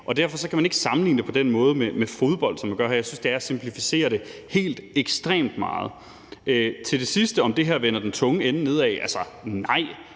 og derfor kan man ikke sammenligne det på den måde med fodbold, som man gør det her. Jeg synes, det er at simplificere det helt ekstremt meget. Til det sidste om, om det her vender den tunge ende nedad, er svaret: